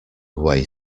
way